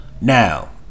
now